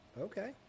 Okay